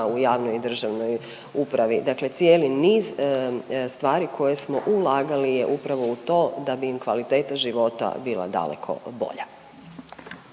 u javnoj i državnoj upravi, dakle cijeli niz stvari koje smo ulagali je upravo u to da bi im kvaliteta života bila daleko bolja.